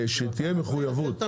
שתהיה מחויבות.